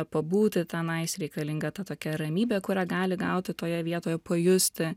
pabūti tenais reikalinga ta tokia ramybė kurią gali gauti toje vietoje pajusti